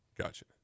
Gotcha